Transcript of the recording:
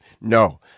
No